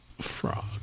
Frog